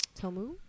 tomu